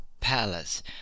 palace